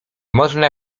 można